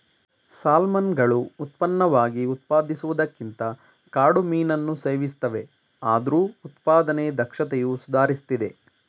ಸಾಲ್ಮನ್ಗಳು ಉತ್ಪನ್ನವಾಗಿ ಉತ್ಪಾದಿಸುವುದಕ್ಕಿಂತ ಕಾಡು ಮೀನನ್ನು ಸೇವಿಸ್ತವೆ ಆದ್ರೂ ಉತ್ಪಾದನೆ ದಕ್ಷತೆಯು ಸುಧಾರಿಸ್ತಿದೆ